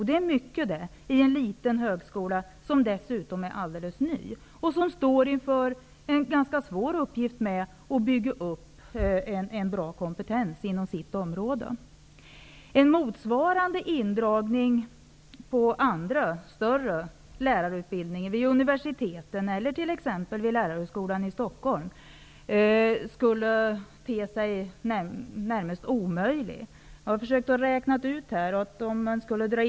Det gör mycket för en liten högskola, vilken dessutom är alldeles ny och som står inför den ganska svåra uppgiften att bygga upp en bra kompetens inom sitt område. En motsvarande indragning när det gäller andra, större lärarutbildningar vid universiteten eller t.ex. vid Lärarhögskolan i Stockholm skulle te sig i det närmaste omöjlig. Jag har försökt att räkna på detta.